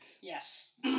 Yes